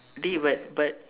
dey but but